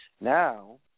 Now